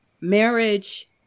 marriage